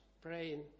praying